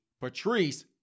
Patrice